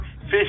fish